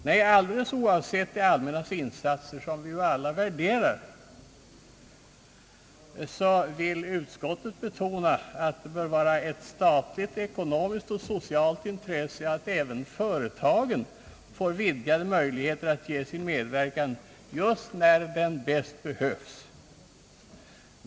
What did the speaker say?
Nej, alldeles oavsett det allmännas insatser, som vi alla värderar, vill utskottet betona att det bör vara ett statligt ekonomiskt och socialt intresse att även företagen får vidgade möjligheter att medverka just när det som bäst behövs.